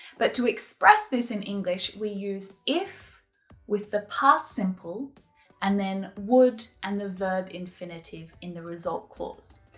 but to express this in english, we use if with the past simple and then would and the verb infinitive in the result clause.